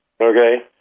Okay